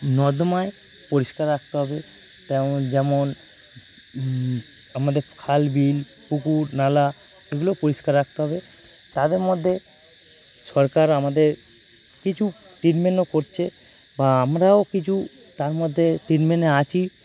নর্দমায় পরিষ্কার রাখতে হবে তেমন যেমন আমাদের খাল বিল পুকুর নালা এগুলো পরিষ্কার রাখতে হবে তাদের মধ্যে সরকার আমাদের কিছু ট্রিটমেন্টও করছে বা আমরাও কিছু তার মধ্যে ট্রিটমেন্টে আছি